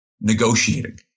negotiating